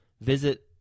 Visit